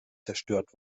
zerstört